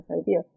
idea